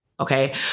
Okay